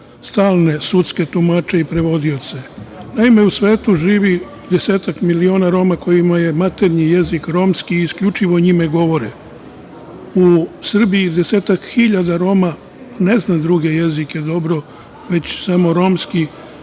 stalne sudske tumače i prevodioce. Naime, u svetu živi desetak miliona Roma kojima je maternji jezik romski, i isključivo njime govore. U Srbiji desetak hiljada Roma ne zna druge jezike dobro, već samo romski,